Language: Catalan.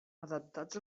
adaptats